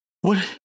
What-